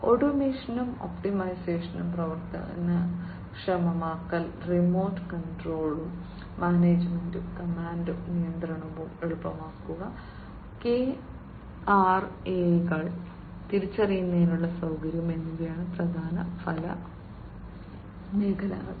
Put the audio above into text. ഓട്ടോമേഷനും ഒപ്റ്റിമൈസേഷനും പ്രവർത്തനക്ഷമമാക്കൽ റിമോട്ട് കൺട്രോളും മാനേജ്മെന്റും കമാൻഡും നിയന്ത്രണവും എളുപ്പമാക്കുക കെആർഎകൾ തിരിച്ചറിയുന്നതിനുള്ള സൌകര്യം എന്നിവയാണ് പ്രധാന ഫല മേഖലകൾ